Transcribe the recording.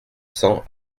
cents